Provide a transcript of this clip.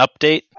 update